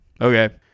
Okay